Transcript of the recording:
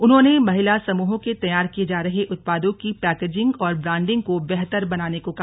उन्होंने महिला समूहों के तैयार किए जा रहे उत्पादों की पैकेजिंग और ब्रांडिंग को बेहतर बनाने को कहा